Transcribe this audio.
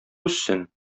үссен